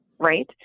right